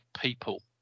people